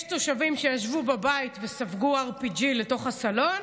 יש תושבים שישבו בבית וספגו אר-פי-ג'י לתוך הסלון,